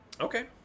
Okay